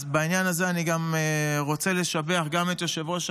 אז בעניין הזה אני רוצה לשבח גם את יושב-ראש